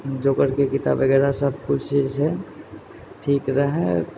जोकरके किताब वगैरह जे कुछ छै ठीक रहै